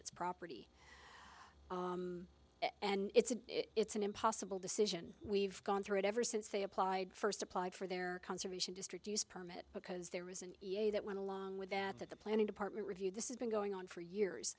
its property and it's a it's an impossible decision we've gone through it ever since they applied first applied for their conservation district use permit because there was an e a that went along with that at the planning department review this has been going on for years